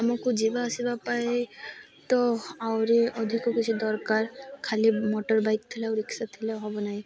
ଆମକୁ ଯିବା ଆସିବା ପାଇଁ ତ ଆହୁରି ଅଧିକ କିଛି ଦରକାର ଖାଲି ମୋଟର୍ ବାଇକ୍ ଥିଲା ଆଉ ରିକ୍ସା ଥିଲା ହବ ନାହିଁ